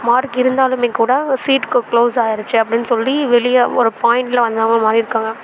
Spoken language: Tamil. மார்க் இருந்தாலுமே கூட சீட் குளோ குளோஸ் ஆயிருச்சு அப்படின்னு சொல்லி வெளியே ஒரு பாயிண்ட்டில் வந்து அவங்க மாறிருக்காங்க